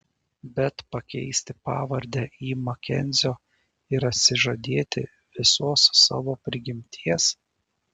bet pakeisti pavardę į makenzio ir atsižadėti visos savo prigimties